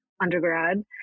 undergrad